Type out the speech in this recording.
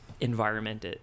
environment